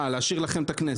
ולהשאיר לכם את הכנסת?